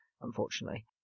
unfortunately